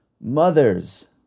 Mothers